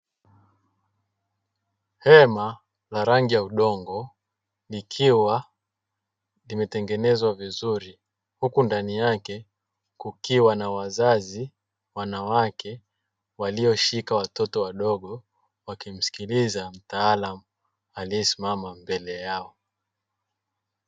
Hema la rangi ya udongo likiwa limetengenezwa vizuri, huku ndani yake kukiwa na wazazi wanawake walioshika watoto wadogo, wakimsikiliza mtaalamu aliyesimama mbele yao.